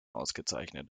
ausgezeichnet